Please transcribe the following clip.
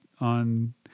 on